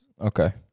okay